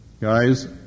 Guys